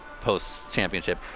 post-championship